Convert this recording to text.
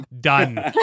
done